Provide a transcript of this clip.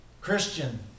Christian